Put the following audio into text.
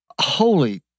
holy